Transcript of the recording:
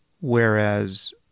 whereas